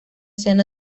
seno